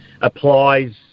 applies